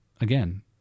Again